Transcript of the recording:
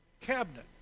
cabinet